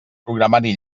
programari